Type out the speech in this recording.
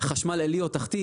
חשמל עילי או תחתי,